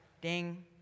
Ding